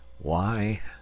Why